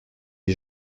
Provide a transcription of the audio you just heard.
les